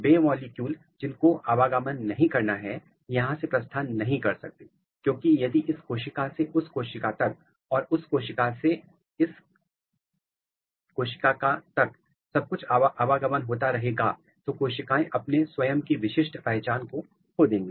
बे molecule जिनको आवागमन नहीं करना है यहां से प्रस्थान नहीं कर सकते क्योंकि यदि इस कोशिका से उस कोशिका तक और उस कोशिका से इस क्वेश्चन का तक सब कुछ आवागमन होता रहेगा तो कोशिकाएं अपने स्वयं की विशिष्ट पहचान को खो देंगी